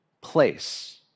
place